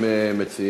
מוצע